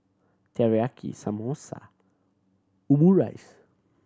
Teriyaki Samosa Omurice